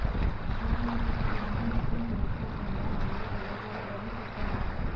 share మార్కెట్ల గురించి మొత్తం తెలుసుకోకుండా అందులో దిగకూడదని చెప్పేనా